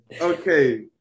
Okay